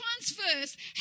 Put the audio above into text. transfers